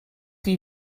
chi